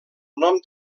nom